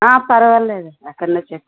పర్వాలేదు అక్కడనే చేయిస్తాం